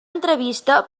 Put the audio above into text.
entrevista